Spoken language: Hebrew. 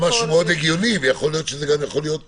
צריך לתת דגש גם עניין הזה,